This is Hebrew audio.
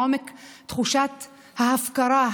מעומק תחושת ההפקרה,